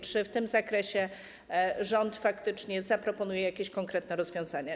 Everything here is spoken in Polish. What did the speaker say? Czy w tym zakresie rząd faktycznie zaproponuje jakieś konkretne rozwiązania?